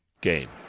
game